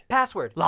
Password